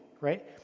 right